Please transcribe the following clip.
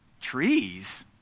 Trees